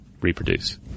reproduce